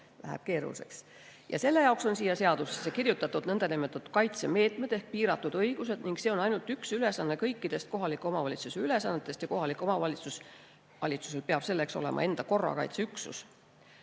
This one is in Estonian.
Selle jaoks on siia seadusesse kirjutatud nõndanimetatud kaitsemeetmed ehk piiratud õigused. Nii et see on ainult üks ülesanne paljudest kohaliku omavalitsuse ülesannetest ja kohalikul omavalitsusel peab selleks olema enda korrakaitseüksus.